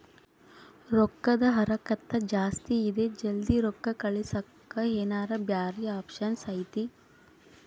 ರೊಕ್ಕದ ಹರಕತ್ತ ಜಾಸ್ತಿ ಇದೆ ಜಲ್ದಿ ರೊಕ್ಕ ಕಳಸಕ್ಕೆ ಏನಾರ ಬ್ಯಾರೆ ಆಪ್ಷನ್ ಐತಿ?